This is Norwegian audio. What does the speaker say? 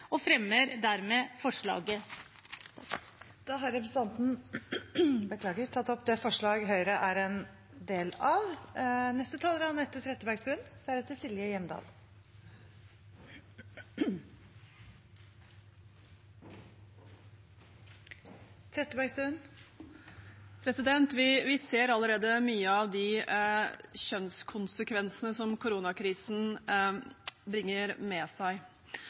fremmer dermed forslaget som Høyre er medforslagsstiller til. Da har representanten Kristin Ørmen Johnsen tatt opp forslaget hun refererte til. Vi ser allerede mange av de kjønnskonsekvensene som koronakrisen bringer med seg.